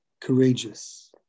courageous